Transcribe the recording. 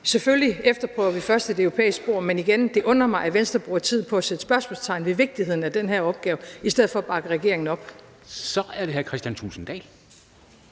selvfølgelig først et europæisk spor, men igen, det undrer mig, at Venstre bruger tid på at sætte spørgsmålstegn ved vigtigheden af den her opgave i stedet for at bakke regeringen op. Kl. 13:07 Formanden